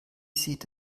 sieht